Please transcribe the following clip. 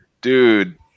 Dude